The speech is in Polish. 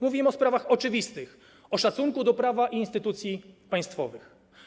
Mówimy o sprawach oczywistych: o szacunku do prawa i instytucji państwowych.